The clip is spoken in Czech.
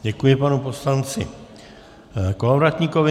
Děkuji panu poslanci Kolovratníkovi.